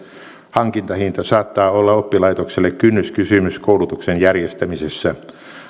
hankintahinta saattaa olla oppilaitokselle kynnyskysymys koulutuksen järjestämisessä